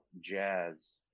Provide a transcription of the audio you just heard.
jazz